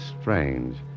strange